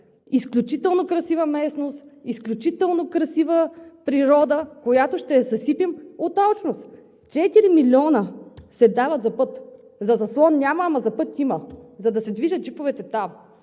Изключително красива местност, изключително красива природа, която ще я съсипем от алчност. Четири милиона се дават за път – за заслон няма, ама за път има, за да се движат джиповете там.